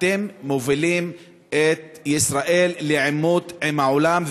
אתם מובילים את ישראל לעימות עם העולם,